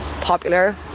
popular